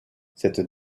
cette